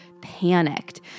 panicked